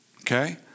Okay